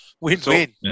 win-win